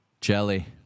Jelly